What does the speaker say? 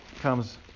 comes